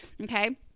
Okay